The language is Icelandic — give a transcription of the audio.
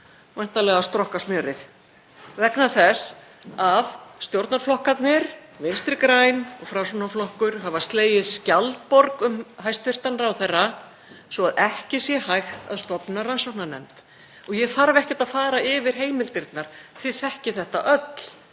væntanlega að strokka smjörið vegna þess að stjórnarflokkarnir, Vinstri græn Framsóknarflokkur, hafa slegið skjaldborg um hæstv. ráðherra svo ekki sé hægt að stofna rannsóknarnefnd. Ég þarf ekkert að fara yfir heimildirnar, þið þekkið þetta öll.